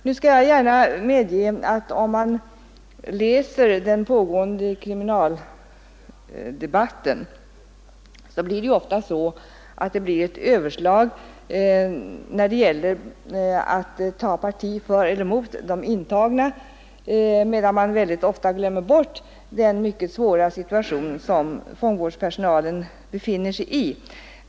Nu skall jag gärna medge att i den pågående kriminaldebatten blir det ofta ett överslag när det gäller att ta parti för eller emot de intagna medan man mycket ofta glömmer bort den mycket svåra situation som fångvårdspersonalen befinner sig i.